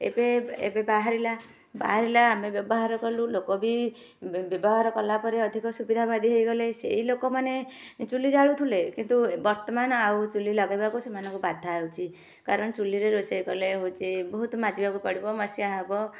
ଏବେ ଏବେ ବାହାରିଲା ବାହାରିଲା ଆମେ ବ୍ୟବହାର କଲୁ ଲୋକ ବି ବ୍ୟବହାର କଲାପରେ ଅଧିକ ସୁବିଧାବାଦୀ ହେଇଗଲେ ସେଇ ଲୋକମାନେ ଚୁଲି ଜାଳୁଥୁଲେ କିନ୍ତୁ ବର୍ତ୍ତମାନ ଆଉ ଚୁଲି ଲଗାଇବାକୁ ସେମାନଙ୍କୁ ବାଧା ହେଉଛି କାରଣ ଚୁଲିରେ ରୋଷେଇ କଲେ ହଉଛି ବହୁତ ମାଜିବାକୁ ପଡ଼ିବ ମସିଆ ହବ